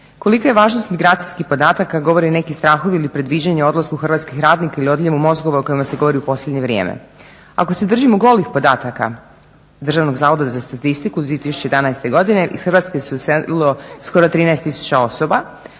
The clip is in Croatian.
Kolika je važnost migracijskih podataka govore neki strahovi ili predviđanja o odlasku hrvatskih radnika ili odljevu mozgova o kojima se govori u posljednje vrijeme. Ako se držimo golih podataka DZS-a za 2011.godine iz Hrvatske se iselilo skoro